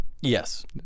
Yes